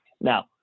Now